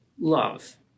love